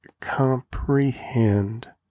comprehend